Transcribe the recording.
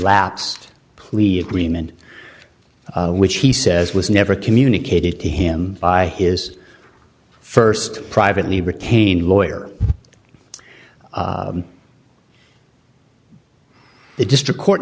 lapsed plea agreement which he says was never communicated to him by his first privately retain lawyer the district court